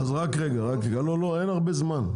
לא אין הרבה זמן.